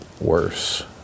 worse